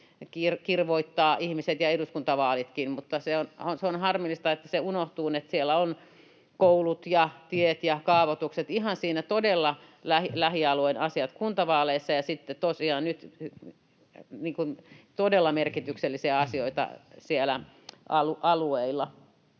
kirvoittavat ihmiset. Mutta se on harmillista, että se unohtuu, että kuntavaaleissa on koulut ja tiet ja kaavoitukset, ihan todella lähialueen asiat — tosiaan todella merkityksellisiä asioita siellä alueilla.